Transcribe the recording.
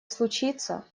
случится